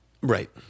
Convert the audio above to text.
Right